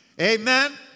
Amen